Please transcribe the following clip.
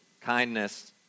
kindness